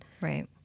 Right